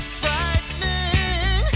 frightening